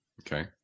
Okay